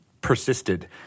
persisted